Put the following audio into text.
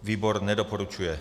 Výbor nedoporučuje.